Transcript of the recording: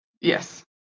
Yes